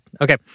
Okay